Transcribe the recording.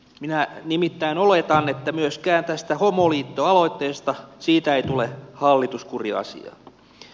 minä nimittäin oletan että myöskään tästä homoliittoaloitteesta ei tule hallituskuriasiaa